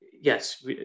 yes